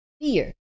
fear